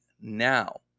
now